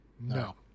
No